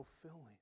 fulfilling